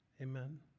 Amen